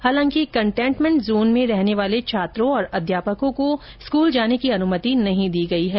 हालांकि containment zone में रहने वाले छात्रों और अध्यापकों को स्कूल जाने की अनुमति नहीं दी गई है